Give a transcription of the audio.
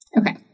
Okay